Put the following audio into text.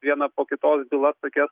viena po kitos byla tokia